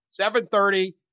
7.30